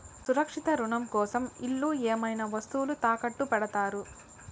సురక్షిత రుణం కోసం ఇల్లు ఏవైనా వస్తువులు తాకట్టు పెడతారు